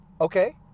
Okay